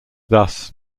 thus